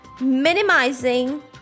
minimizing